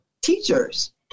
teachers